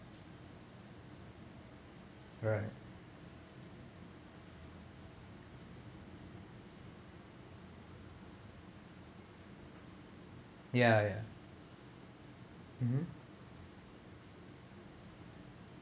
right ya ya mmhmm